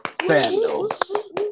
Sandals